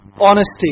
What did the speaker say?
honesty